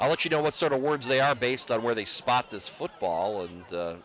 i'll let you know what sort of words they are based on where they spot this football and